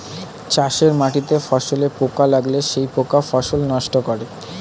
চাষের মাটিতে ফসলে পোকা লাগলে সেই পোকা ফসল নষ্ট করে